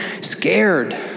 scared